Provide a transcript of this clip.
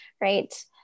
right